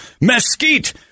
Mesquite